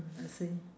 mm I see